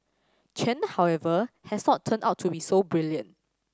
Chen however has not turned out to be so brilliant